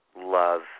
Love